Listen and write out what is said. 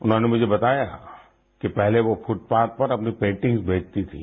उन्होंने मुझे बताया कि पहले वो फुटपाथ पर अपनी पेन्टिंग्स बेचती थी